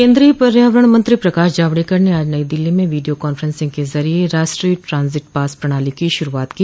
केंद्रीय पर्यावरण मंत्री प्रकाश जावड़ेकर ने आज नई दिल्ली में वोडिया कॉफ्रेंसिंग के जरिए राष्ट्रीय ट्रांजिट पास प्रणाली को शुरूआत की